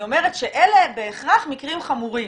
אני אומרת שאלה בהכרח מקרים חמורים.